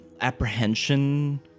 apprehension